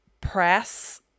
press